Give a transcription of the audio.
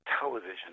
television